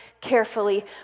carefully